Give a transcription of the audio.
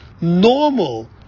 normal